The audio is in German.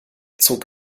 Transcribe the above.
zog